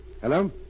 Hello